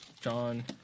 John